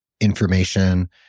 information